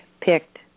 picked